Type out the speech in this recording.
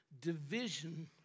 division